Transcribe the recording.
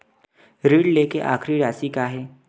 ऋण लेके आखिरी राशि का हे?